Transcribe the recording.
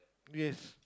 yes